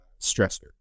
stressor